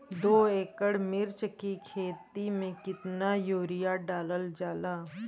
दो एकड़ मिर्च की खेती में कितना यूरिया डालल जाला?